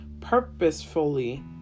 purposefully